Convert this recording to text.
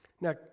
Now